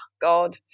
god